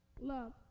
Love